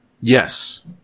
Yes